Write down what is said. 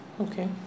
okay